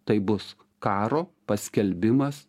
tai bus karo paskelbimas